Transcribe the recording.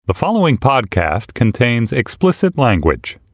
the following podcast contains explicit language.